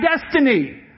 destiny